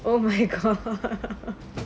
oh my god